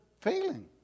failing